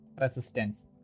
resistance